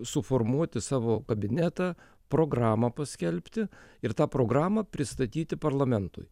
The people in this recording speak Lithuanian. suformuoti savo kabinetą programą paskelbti ir tą programą pristatyti parlamentui